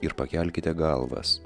ir pakelkite galvas